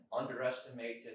underestimated